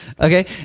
okay